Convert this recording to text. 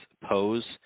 pose